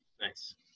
Nice